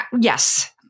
Yes